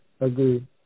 Agreed